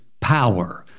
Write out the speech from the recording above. power